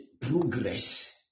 progress